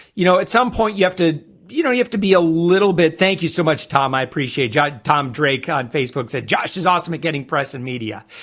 you know at some point you have to you know you have to be a little bit. thank you so much, tom i appreciate john drake on facebook said josh is awesome at getting press and media.